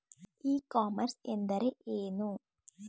E commerce ಎಂದರೆ ಏನು?